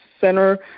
center